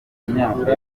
imyaka